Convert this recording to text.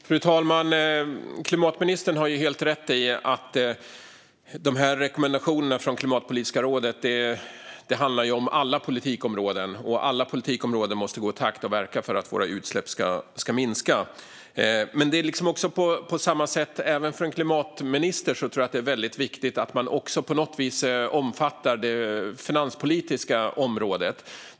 Fru talman! Klimatministern har helt rätt i att dessa rekommendationer från Klimatpolitiska rådet handlar om alla politikområden. Och alla politikområden måste gå i takt och verka för att våra utsläpp ska minska. Men även för en klimatminister tror jag att det är väldigt viktigt att också på något vis omfatta det finanspolitiska området.